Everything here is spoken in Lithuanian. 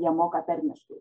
jie moka tarmiškai